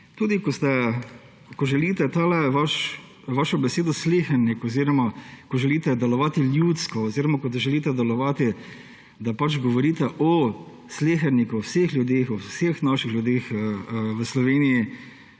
Tudi ko želite tole vašo besedo slehernik oziroma ko želite delovati ljudsko oziroma ko želite delovati, da pač govorite o sleherniku, vseh ljudeh, o vseh naših ljudeh v Sloveniji,